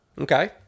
Okay